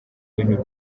bintu